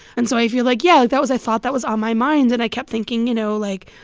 and so i feel like, yeah, like, that was i thought that was on my mind. and i kept thinking, you know like,